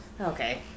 Okay